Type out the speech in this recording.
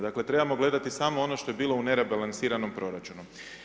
Dakle, trebamo gledati samo ono što je bilo u nerebalansiranom proračunu.